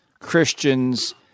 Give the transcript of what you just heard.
Christians